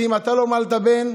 ואם אתה לא מל את הבן,